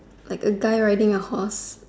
like a guy riding a horse